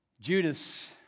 Judas